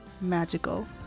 magical